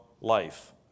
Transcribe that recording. life